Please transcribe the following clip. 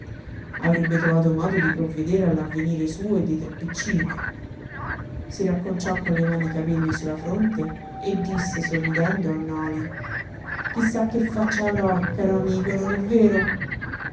avrebbe trovato modo di provvedere all'avvenire suo e dei tre piccini si racconciò con le mani i capelli su la fronte e disse sorridendo al noli chi sa che ffaccia avrò caro amico non è vero